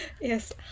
yes